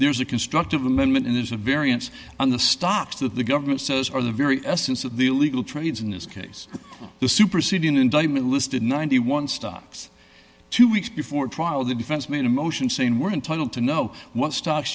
there's a constructive amendment and there's a variance on the stocks that the government says are the very essence of the illegal trades in this case the superseding indictment listed ninety one stocks two weeks before trial the defense made a motion saying we're entitled to know what sto